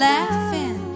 Laughing